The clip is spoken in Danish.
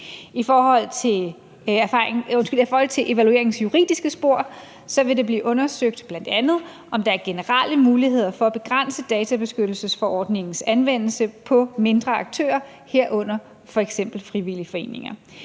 I forhold til evalueringens juridiske spor vil det bl.a. blive undersøgt, om der er generelle muligheder for at begrænse databeskyttelsesforordningens anvendelse på mindre aktører, herunder f.eks. frivillige foreninger.